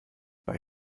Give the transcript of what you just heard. bei